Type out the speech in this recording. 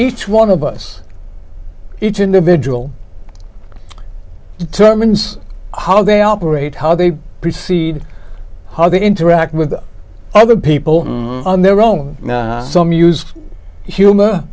each one of us each individual determines how they operate how they proceed how they interact with other people on their own some used humor